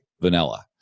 vanilla